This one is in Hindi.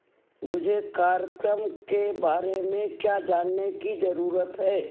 मुझे कार्यक्रम के बारे में क्या जानने की ज़रूरत है